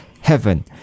heaven